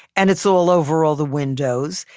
and it's all over all the windows,